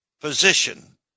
position